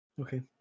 Okay